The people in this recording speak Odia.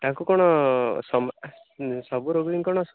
ତାଙ୍କୁ କ'ଣ ସବୁ ରୋଗୀ କଣ